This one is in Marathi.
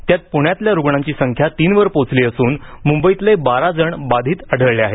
त्यात पुण्यातल्या रुग्णांची संख्या तीनवर पोचली असून मुंबईतले बारा जण बाधित आढळले आहेत